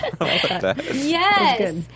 Yes